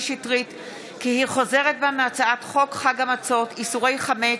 שטרית כי היא חוזרת בה מהצעת חוק חג המצות (איסורי חמץ)